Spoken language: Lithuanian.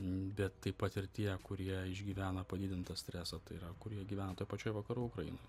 bet taip pat ir tie kurie išgyvena padidintą stresą tai yra kurie gyvena toj pačioj vakarų ukrainoj